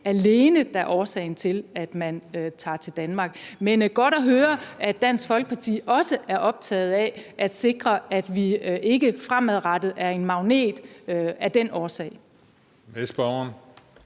der er årsagen til, at man tager til Danmark. Men det er godt at høre, at Dansk Folkeparti også er optaget af at sikre, at vi ikke er en magnet fremadrettet af den årsag.